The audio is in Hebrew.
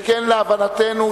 שכן להבנתנו,